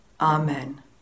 Amen